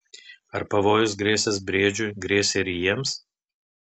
ar pavojus grėsęs briedžiui grėsė ir jiems